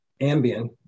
Ambien